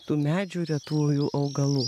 tų medžių retųjų augalų